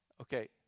Okay